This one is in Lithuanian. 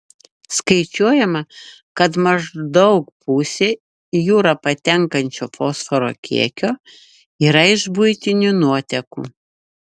skaičiuojama kad maždaug pusė į jūrą patenkančio fosforo kiekio yra iš buitinių nuotekų